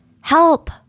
Help